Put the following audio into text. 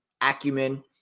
acumen